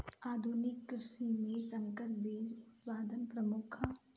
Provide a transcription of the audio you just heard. आधुनिक कृषि में संकर बीज उत्पादन प्रमुख ह